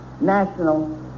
national